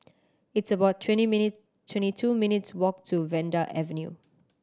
it's about twenty minute twenty two minutes' walk to Vanda Avenue